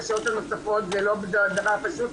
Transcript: השעות הנוספות זה לא דבר פשוט.